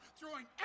throwing